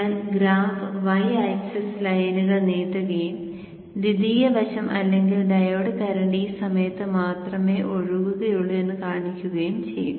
ഞാൻ graph y axis ലൈനുകൾ നീട്ടുകയും ദ്വിതീയ വശം അല്ലെങ്കിൽ ഡയോഡ് കറന്റ് ഈ സമയത്ത് മാത്രമേ ഒഴുകുകയുള്ളൂ എന്ന് കാണിക്കുകയും ചെയ്യും